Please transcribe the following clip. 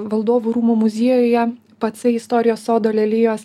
valdovų rūmų muziejuje pacai istorijos sodo lelijos